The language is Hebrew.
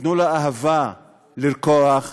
ותנו לאהבה לרקוח,